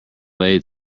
lathe